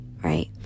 right